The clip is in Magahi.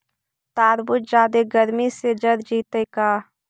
तारबुज जादे गर्मी से जर जितै का?